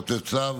לתת צו